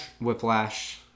Whiplash